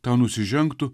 tau nusižengtų